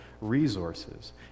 resources